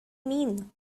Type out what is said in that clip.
mean